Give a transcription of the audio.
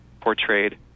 portrayed